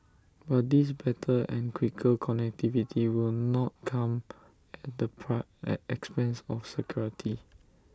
but this better and quicker connectivity will not come at the expense of security